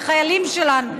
לחיילים שלנו,